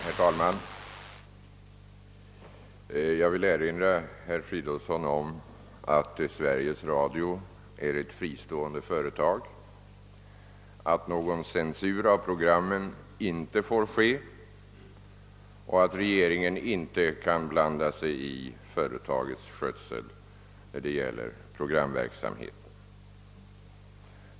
Herr talman! Jag vill erinra herr Fridolfsson i Stockholm om att Sveriges Radio är ett fristående företag, att någon censur av programmen inte får ske och att regeringen inte kan blanda sig i företagets skötsel när det gäller programverksamheten.